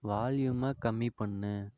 வால்யூமை கம்மி பண்ணு